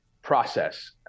Process